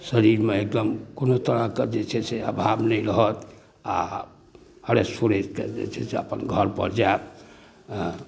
शरीरमे एगदम कोनो तरहके जे छै से अभाव नहि रहत आओर हुलसि फुलसिकऽ जे छै से अपन घरपर जाएब हँ